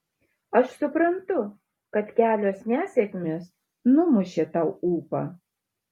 aš suprantu kad kelios nesėkmės numušė tau ūpą